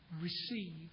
receive